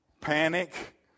panic